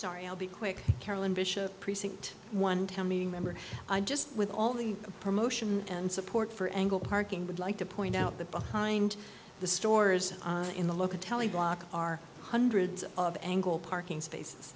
sorry i'll be quick carolyn bishop precinct one town meeting member i just with all the promotion and support for angle parking would like to point out that behind the stores in the local tele block are hundreds of angle parking spaces